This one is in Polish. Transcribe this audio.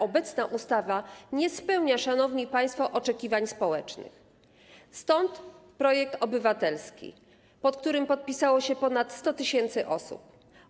Obecna ustawa nie spełnia, szanowni państwo, oczekiwań społecznych, stąd projekt obywatelski, pod którym podpisało się ponad 100 tys. osób.